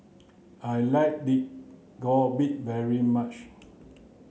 I like Dak Galbi very much